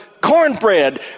cornbread